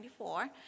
1994